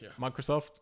Microsoft